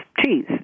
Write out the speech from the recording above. cheese